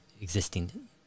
existing